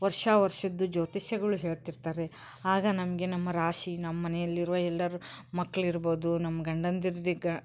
ವರ್ಷ ವರ್ಷದ್ದು ಜ್ಯೋತಿಷ್ಯಗಳು ಹೇಳ್ತಿರ್ತಾರೆ ಆಗ ನಮಗೆ ನಮ್ಮ ರಾಶಿ ನಮ್ಮ ಮನೆಯಲ್ಲಿರುವ ಎಲ್ಲರೂ ಮಕ್ಕಳಿರ್ಬೋದು ನಮ್ಮ ಗಂಡಂದಿರ್ದು